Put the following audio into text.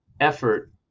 effort